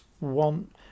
want